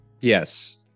Yes